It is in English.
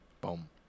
Boom